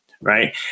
right